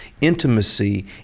intimacy